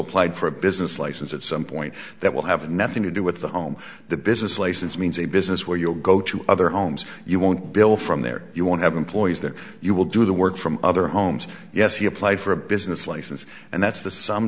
applied for a business license at some point that will have nothing to do with the home the business license means a business where you'll go to other homes you won't build from there you want have employees there you will do the work from other homes yes you apply for a business license and that's the sum